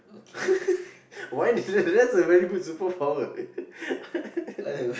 why that's a very good superpower